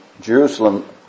Jerusalem